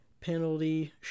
penalty